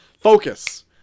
Focus